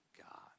God